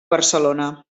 barcelona